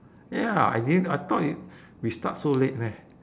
ya I didn't I thought w~ we start so late meh